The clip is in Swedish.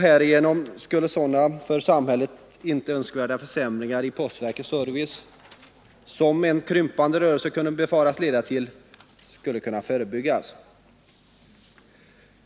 Härigenom skulle sådana för samhället inte önskvärda försämringar i postverkets service, som en krympande rörelse kunde befaras leda till, kunna förebyggas.